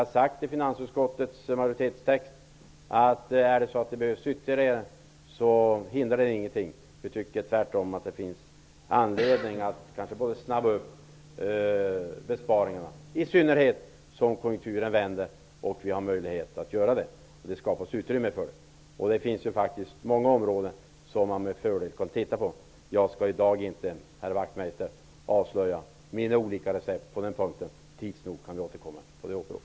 Vi har i finansutskottets majoritetstext sagt att om ytterligare åtgärder behövs så finns det inget som hindrar det. Vi tycker tvärtom att det finns anledning att snabba upp besparingarna, i synnerhet när konjunkturen vänder och utrymme skapas för detta. Det finns många områden som man med fördel kan titta på. Jag skall i dag inte, herr Wachtmeister, avslöja mina olika recept på den punkten. Tids nog kan vi återkomma i frågan.